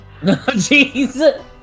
Jeez